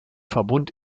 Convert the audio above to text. verbund